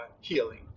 healing